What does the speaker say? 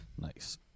Nice